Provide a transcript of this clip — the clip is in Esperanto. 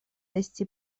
esti